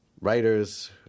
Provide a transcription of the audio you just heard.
writers